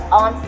on